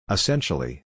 Essentially